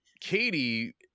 Katie